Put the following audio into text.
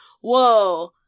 whoa